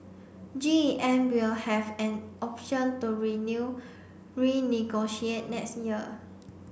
G E M will have an option to renew renegotiate next year